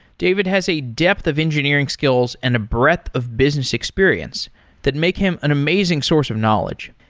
david has a depth of engineering skills and a breadth of business experience that make him an amazing source of knowledge.